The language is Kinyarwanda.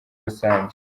rusange